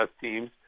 teams